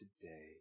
today